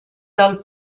del